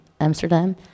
Amsterdam